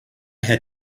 had